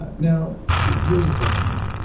but now here's the question though,